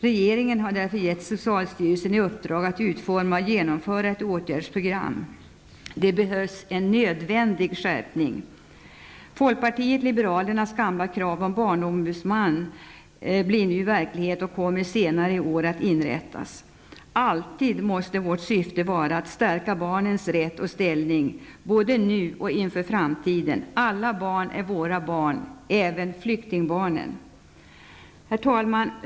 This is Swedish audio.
Regeringen har därför gett socialstyrelsen i uppdrag att utforma och genomföra ett åtgärdsprogram. En skärpning är nödvändig. Folkpartiet liberalernas gamla krav om en barnombudsman blir nu verklighet, och posten kommer att inrättas senare i år. Vårt syfte måste alltid vara att stärka barnens rätt och ställning både nu och inför framtiden. Alla barn är våra barn -- även flyktingbarnen. Herr talman!